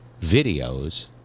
videos